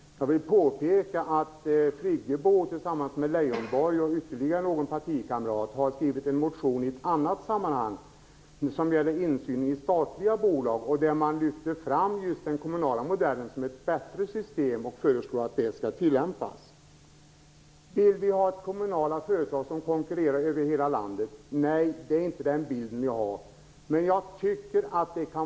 Jag vill påpeka att Birgit Friggebo tillsammans med Lars Leijonborg och ytterligare någon partikamrat har väckt en motion i ett annat sammanhang som gäller insyn i statliga bolag. Där lyfter man fram just den kommunala modellen som ett bättre system och föreslår att den skall tillämpas. Vill vi ha kommunala företag som konkurrerar över hela landet? Nej, det vill vi inte ha.